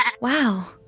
Wow